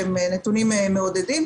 היו מעודדים.